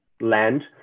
land